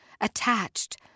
attached